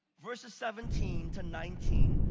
verses seventeen to nineteen,